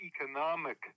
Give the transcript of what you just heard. economic